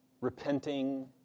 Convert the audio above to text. repenting